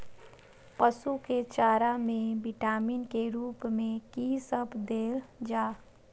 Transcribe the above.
पशु के चारा में विटामिन के रूप में कि सब देल जा?